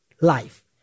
life